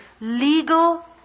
Legal